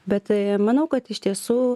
bet manau kad iš tiesų